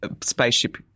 spaceship